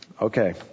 Okay